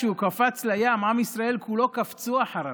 כשהוא קפץ לים עם ישראל כולו קפץ אחריו,